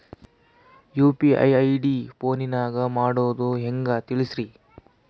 UPI ID ಫೋನಿನಾಗ ಮಾಡೋದು ಹೆಂಗ ತಿಳಿಸ್ರಿ?